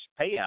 payout